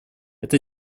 эта